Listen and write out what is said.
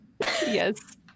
Yes